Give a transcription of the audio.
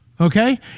Okay